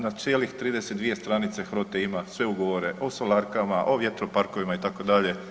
Na cijelih 32 stranice HROT-e ima sve ugovore o solarkama, o vjetroparkovima itd.